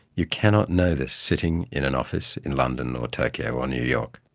you cannot know this sitting in an office in london or tokyo or new york.